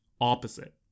opposite